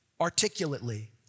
articulately